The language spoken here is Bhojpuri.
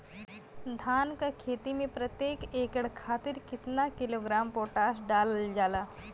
धान क खेती में प्रत्येक एकड़ खातिर कितना किलोग्राम पोटाश डालल जाला?